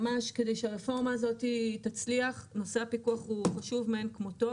כדי שהרפורמה הזאת תצליח נושא הפיקוח הוא חשוב מאין כמותו